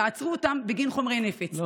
תעצרו אותם בגין חומרי נפץ.